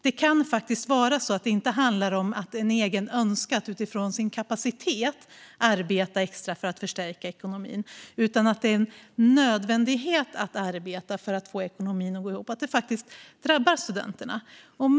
Det kan vara så att det inte handlar om en egen önskan att utifrån sin kapacitet arbeta extra för att förstärka ekonomin, utan det kan vara en nödvändighet att arbeta för att få ekonomin att gå ihop. Det drabbar studenterna.